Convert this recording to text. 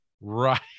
right